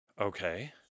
Okay